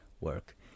work